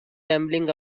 rambling